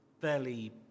fairly